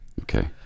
Okay